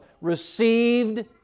received